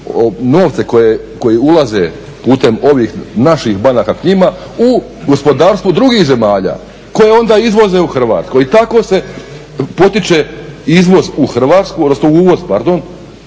novce koji ulaze putem ovih naših banaka k njima u gospodarstvo drugih zemalja koje onda izvoze u Hrvatsku. I tako se potiče uvoz u Hrvatsku, a domaća